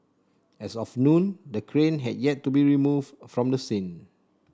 as of noon the crane had yet to be removed from the scene